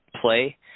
play